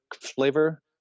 flavor